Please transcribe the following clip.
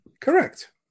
Correct